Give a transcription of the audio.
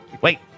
Wait